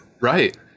Right